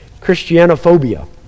Christianophobia